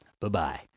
Bye-bye